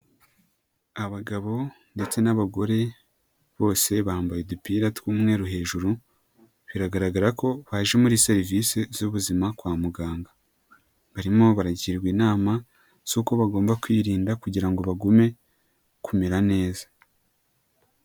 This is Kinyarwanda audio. Abagabo ndetse n'abagore bose bambaye udupira tw'umweru hejuru. Biragaragara ko baje muri serivisi z'ubuzima kwa muganga. Barimo baragirwa inama z'uko bagomba kwirinda kugira ngo bagume kumera neza.